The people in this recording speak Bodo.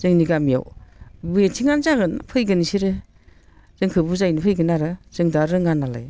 जोंनि गामियाव मिथिंआनो जागोन फैगोन बिसोरो जोंखौ बुजायनो फैगोन आरो जों दा रोङा नालाय